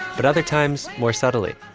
but other times, more subtly,